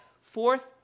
Fourth